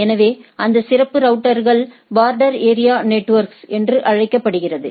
எனவே அந்த சிறப்பு ரவுட்டர்கள்பார்டர் ஏரியா ரௌட்டர்ஸ் என்று அழைக்கப்படுகின்றன